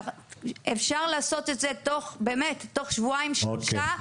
אפשר לעשות את זה תוך שבועיים שלושה.